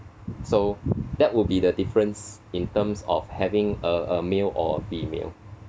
so that would be the difference in terms of having a a male or a female